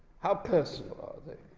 how personal are they?